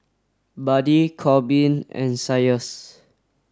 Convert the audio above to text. Buddy Korbin and Isaias